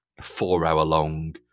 four-hour-long